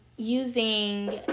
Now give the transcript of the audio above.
using